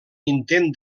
intent